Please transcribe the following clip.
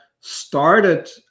started